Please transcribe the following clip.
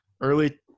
early